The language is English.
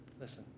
Listen